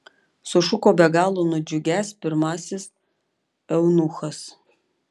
sušuko be galo nudžiugęs pirmasis eunuchas